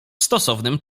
stosownym